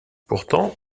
pourtant